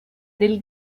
del